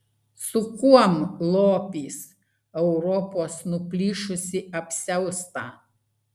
su kuom lopys europos nuplyšusį apsiaustą